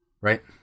right